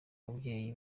ababyeyi